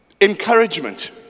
Encouragement